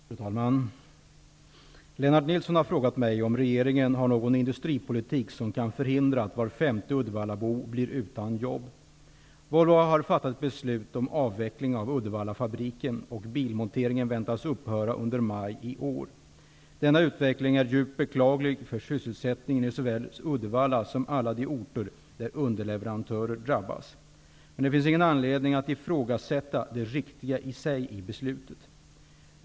Fru talman! Lennart Nilsson har frågat mig om regeringen har någon industripolitik som kan förhindra att var femte uddevallabo blir utan jobb. Uddevallafabriken, och bilmonteringen väntas upphöra under maj i år. Denna utveckling är djupt beklaglig för sysselsättningen i såväl Uddevalla som alla de orter där underleverantörer drabbas. Men det finns ingen anledning att ifrågasätta det riktiga i beslutet.